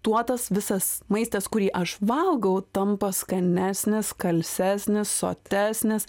tuo tas visas maistas kurį aš valgau tampa skanesnis skalsesnis sotesnis